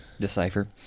decipher